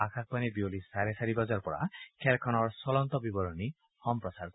আকাশবাণীয়ে বিয়লি চাৰে চাৰি বজাৰ পৰা খেলখনৰৰ চলন্ত বিৱৰণী সম্প্ৰচাৰ কৰিব